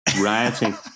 rioting